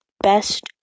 Best